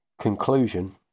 Conclusion